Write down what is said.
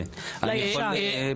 לישן.